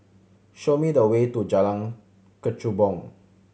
show me the way to Jalan Kechubong